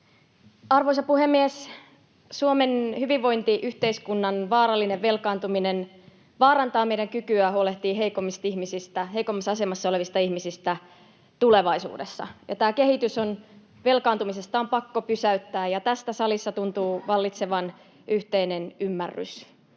Arvoisa puhemies! Suomen hyvinvointiyhteiskunnan vaarallinen velkaantuminen vaarantaa meidän kykyä huolehtia heikommassa asemassa olevista ihmisistä tulevaisuudessa. Tämä velkaantumisen kehitys on pakko pysäyttää, ja tästä tässä salissa tuntuu vallitsevan yhteinen ymmärrys.